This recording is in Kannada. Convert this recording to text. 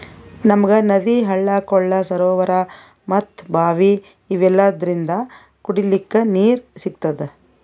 ನಮ್ಗ್ ನದಿ ಹಳ್ಳ ಕೊಳ್ಳ ಸರೋವರಾ ಮತ್ತ್ ಭಾವಿ ಇವೆಲ್ಲದ್ರಿಂದ್ ಕುಡಿಲಿಕ್ಕ್ ನೀರ್ ಸಿಗ್ತದ